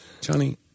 Johnny